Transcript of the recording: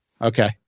Okay